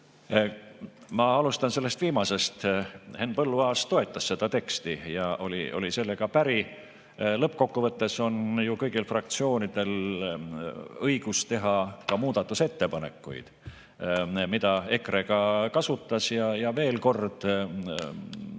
Ma alustan sellest viimasest. Henn Põlluaas toetas seda teksti ja oli sellega päri. Lõppkokkuvõttes on ju kõigil fraktsioonidel õigus teha muudatusettepanekuid ja seda õigust EKRE ka kasutas. Veel kord: